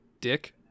Dick